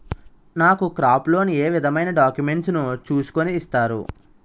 నాకు crop loan ఏ విధమైన డాక్యుమెంట్స్ ను చూస్కుని ఇస్తారు?